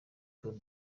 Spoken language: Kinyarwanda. bull